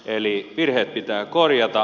eli virheet pitää korjata